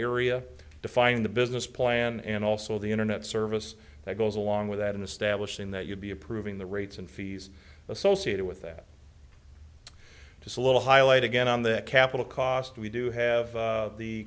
area to find the business plan and also the internet service that goes along with that in establishing that you'd be approving the rates and fees associated with that just a little highlight again on the capital cost we do have